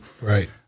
Right